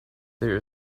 there